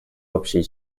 общие